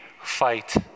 fight